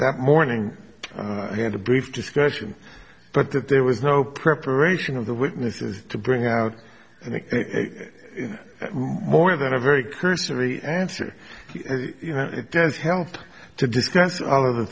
that morning i had a brief discussion but that there was no preparation of the witnesses to bring out more than a very cursory answer it does help to discuss all of the